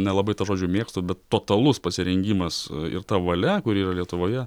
nelabai to žodžio mėgstu bet totalus pasirengimas ir ta valia kuri yra lietuvoje